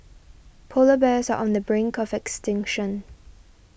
Polar Bears are on the brink of extinction